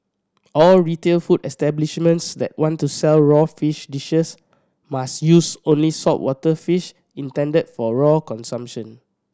all retail food establishments that want to sell raw fish dishes must use only saltwater fish intended for raw consumption